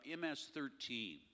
MS-13